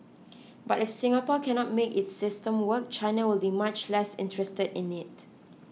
but if Singapore cannot make its system work China will be much less interested in it